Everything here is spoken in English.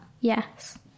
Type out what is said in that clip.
yes